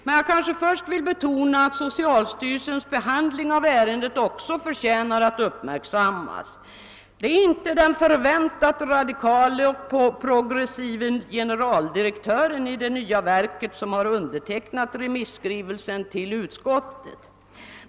Men jag kanske först vill betona att socialstyrelsens behandling av ärendet också förtjänar att uppmärksammas. Det är inte den förväntat radikale och progressive generaldirektören i det nya verket som har undertecknat remissyttrandet till utskottet.